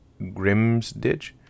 Grimsditch